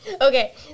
Okay